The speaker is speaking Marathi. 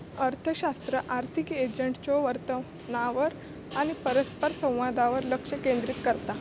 अर्थशास्त्र आर्थिक एजंट्सच्यो वर्तनावर आणि परस्परसंवादावर लक्ष केंद्रित करता